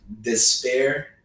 despair